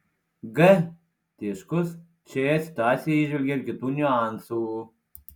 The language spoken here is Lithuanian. g tiškus šioje situacijoje įžvelgė ir kitų niuansų